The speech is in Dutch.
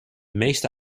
meeste